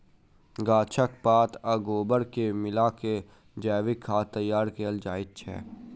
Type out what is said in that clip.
गाछक पात आ गोबर के मिला क जैविक खाद तैयार कयल जाइत छै